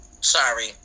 Sorry